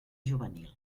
juvenil